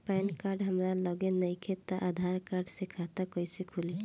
Pan card हमरा लगे नईखे त आधार कार्ड से खाता कैसे खुली?